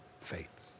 faith